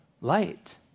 light